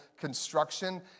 construction